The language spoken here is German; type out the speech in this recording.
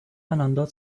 einander